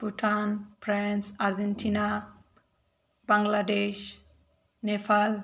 Bhutan France Argentina Bangladesh Nepal